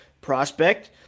prospect